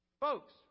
Folks